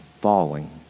falling